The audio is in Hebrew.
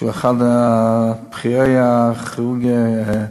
שהוא אחד מבכירי הכירורגים,